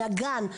מהגן.